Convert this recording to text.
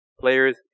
players